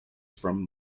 from